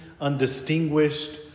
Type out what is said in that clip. undistinguished